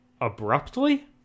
abruptly